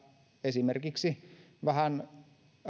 esimerkiksi